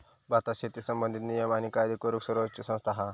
भारतात शेती संबंधित नियम आणि कायदे करूक सर्वोच्च संस्था हा